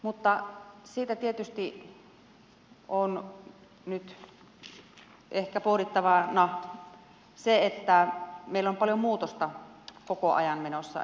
mutta siitä tietysti on nyt ehkä pohdittavana se että meillä on paljon muutosta koko ajan menossa